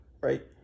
right